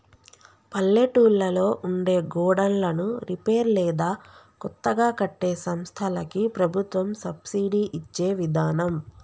పల్లెటూళ్లలో ఉండే గోడన్లను రిపేర్ లేదా కొత్తగా కట్టే సంస్థలకి ప్రభుత్వం సబ్సిడి ఇచ్చే విదానం